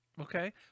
Okay